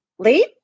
late